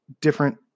different